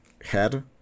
head